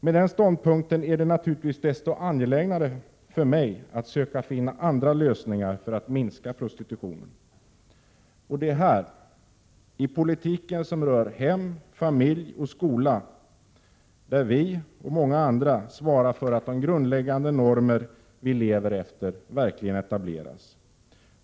Med den ståndpunkten är det naturligtvis desto angelägnare för mig att söka finna andra lösningar för att minska prostitutionen. Det är här i politiken som rör hem, familj och skola som vi och många andra svarar för att de grundläggande normer vi lever efter verkligen etableras.